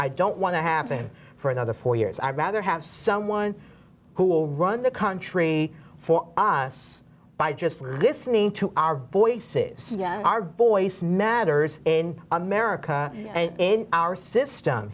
i don't want to happen for another four years i'd rather have someone who will run the country for us by just listening to our voice is our voice matters in america and in our system